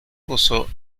gozó